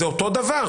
זה אותו דבר.